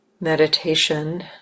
meditation